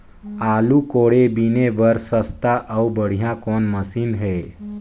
आलू कोड़े बीने बर सस्ता अउ बढ़िया कौन मशीन हे?